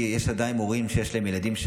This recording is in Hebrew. כי יש עדיין הורים שיש להם שם ילדים.